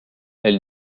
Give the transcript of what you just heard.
elle